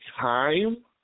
time